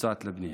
מוצעת לבנייה,